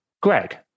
Greg